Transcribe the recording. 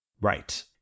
Right